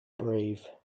brave